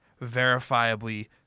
verifiably